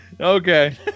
Okay